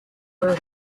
were